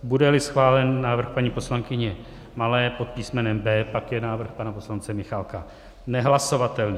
Budeli schválen návrh paní poslankyně Malé pod písmenem B, pak je návrh pana poslance Michálka nehlasovatelný.